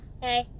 hey